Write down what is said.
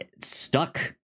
stuck